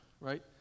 right